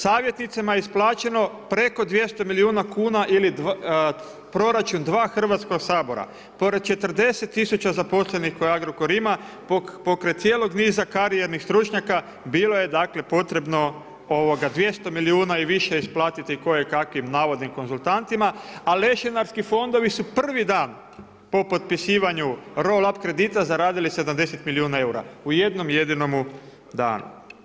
Savjetnicima je isplaćeno preko 200 milijuna kuna ili proračun dva Hrvatska sabora pored 40 000 zaposlenih koje Agrokor ima, pokraj cijelog niza karijernih stručnjaka bilo je dakle potrebno 200 milijuna i više isplatiti kojekakvim navodnim konzultantima, a lešinarski fondovi su prvi dan po potpisivanju roll up kredita zaradili 70 milijuna eura u jednom jedinomu danu.